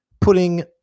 Putting